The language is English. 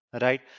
Right